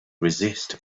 resist